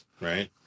right